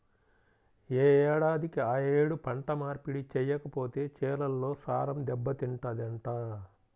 యే ఏడాదికి ఆ యేడు పంట మార్పిడి చెయ్యకపోతే చేలల్లో సారం దెబ్బతింటదంట